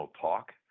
talk